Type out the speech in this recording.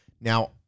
Now